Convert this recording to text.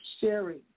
sharing